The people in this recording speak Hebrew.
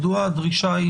מדוע הדרישה,